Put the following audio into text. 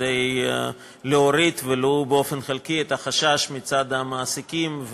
כדי להוריד ולו באופן חלקי את החשש מצד המעסיקים,